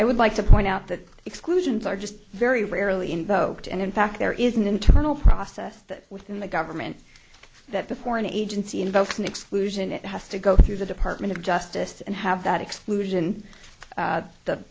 i would like to point out that exclusions are just very rarely invoked and in fact there is an internal process within the government that before an agency invokes an exclusion it has to go through the department of justice and have that exclusion